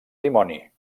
dimoni